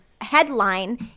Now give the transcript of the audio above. headline